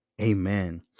amen